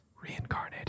Reincarnated